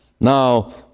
Now